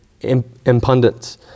impudence